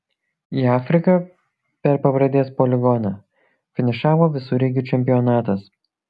į afriką per pabradės poligoną finišavo visureigių čempionatas